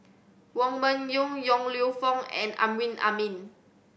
Wong Meng Voon Yong Lew Foong and Amrin Amin